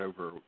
over